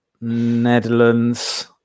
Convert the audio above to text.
netherlands